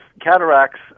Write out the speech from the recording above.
cataracts